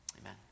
amen